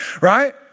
right